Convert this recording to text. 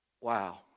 Wow